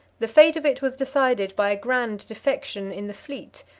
the fate of it was decided by a grand defection in the fleet,